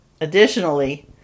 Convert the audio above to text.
Additionally